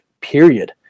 period